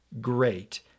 great